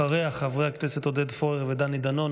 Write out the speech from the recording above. אחריה, חברי הכנסת עודד פורר ודני דנון.